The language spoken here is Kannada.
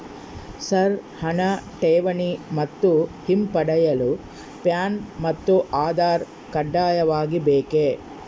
ಸರ್ ಹಣ ಠೇವಣಿ ಮತ್ತು ಹಿಂಪಡೆಯಲು ಪ್ಯಾನ್ ಮತ್ತು ಆಧಾರ್ ಕಡ್ಡಾಯವಾಗಿ ಬೇಕೆ?